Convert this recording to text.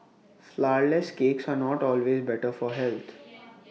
Flourless Cakes are not always better for health